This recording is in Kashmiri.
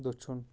دٔچُھن